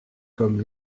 comme